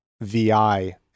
VI